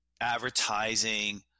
advertising